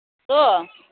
hello